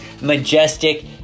majestic